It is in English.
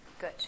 Good